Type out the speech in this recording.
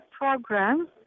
program